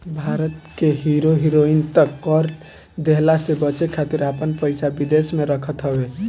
भारत के hero heroine त कर देहला से बचे खातिर आपन पइसा विदेश में रखत हवे